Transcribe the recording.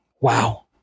wow